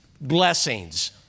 blessings